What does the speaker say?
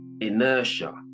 inertia